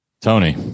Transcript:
tony